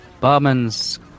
Barman's